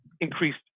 increased